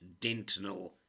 dentinal